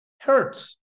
hurts